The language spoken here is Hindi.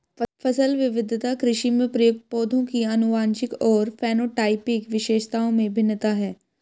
फसल विविधता कृषि में प्रयुक्त पौधों की आनुवंशिक और फेनोटाइपिक विशेषताओं में भिन्नता है